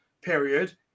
period